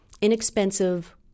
inexpensive